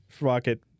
rocket